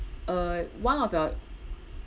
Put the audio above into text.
uh one of your